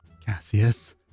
Cassius